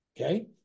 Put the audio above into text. Okay